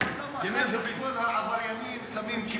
אדוני היושב-ראש, תודה רבה, מכובדי השרים,